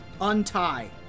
Untie